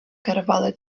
керували